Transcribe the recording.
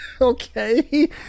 Okay